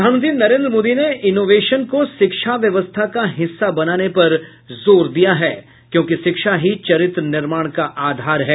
प्रधानमंत्री नरेन्द्र मोदी ने इनोवेशन को शिक्षा व्यवस्था का हिस्सा बनाने पर जोर दिया है क्योंकि शिक्षा ही चरित्रनिर्माण का आधार है